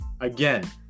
again